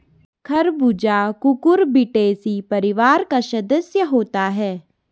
खरबूजा कुकुरबिटेसी परिवार का सदस्य होता है